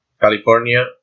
California